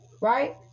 right